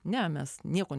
ne mes nieko